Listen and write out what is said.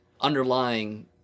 underlying